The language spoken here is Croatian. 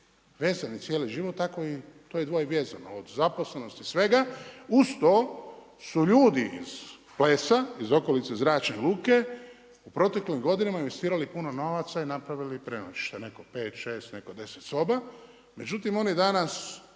vezani za cijeli život tako je to dvoje vezano od zaposlenosti i svega. Uz to su ljudi iz Plesa iz okolice zračne luke u proteklim godinama investirali puno novaca i napravili prenoćište, neko pet, šest, neko deset soba. Međutim oni danas